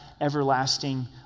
everlasting